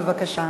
בבקשה.